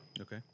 okay